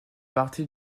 partie